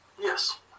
Yes